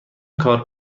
کارت